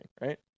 right